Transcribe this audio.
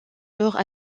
leurs